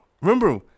Remember